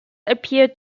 appeared